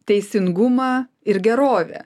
teisingumą ir gerovę